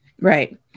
Right